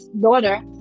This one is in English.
daughter